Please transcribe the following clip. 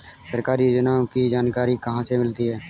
सरकारी योजनाओं की जानकारी कहाँ से मिलती है?